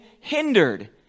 hindered